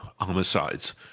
homicides –